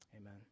Amen